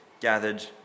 gathered